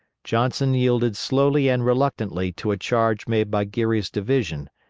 johnson yielded slowly and reluctantly to a charge made by geary's division,